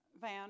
Van